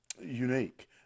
unique